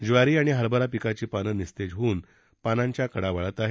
ज्वारी आणि हरबरा पिकाची पानं निस्तेज होऊन पानांच्या कडा वाळत आहेत